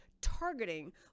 targeting